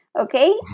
Okay